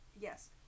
Yes